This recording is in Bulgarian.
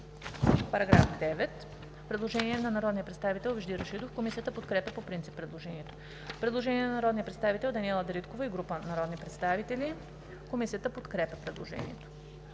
По § 9 има предложение на народния представител Вежди Рашидов. Комисията подкрепя по принцип предложението. Предложение на народния представител Даниела Дариткова и група народни представители. Комисията подкрепя предложението.